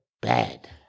Bad